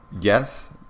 yes